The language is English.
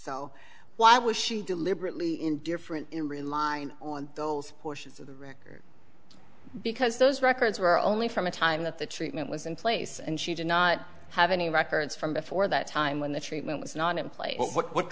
so why was she deliberately indifferent in relying on those portions of the record because those records were only from a time that the treatment was in place and she did not have any records from before that time when the treatment was not in pla